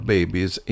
Babies